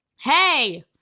hey